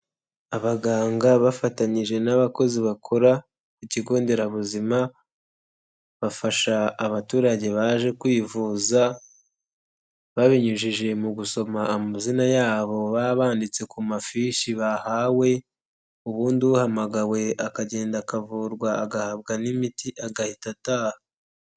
Abaganga bafatanyije n'abakozi bakora ku kigonderabuzima, bafasha abaturage baje kwivuza babinyujije mu gusoma amazina yabo baba banditse ku mafishi bahawe, ubundi uhamagawe akagenda akavurwa agahabwa n'imiti agahita ataha.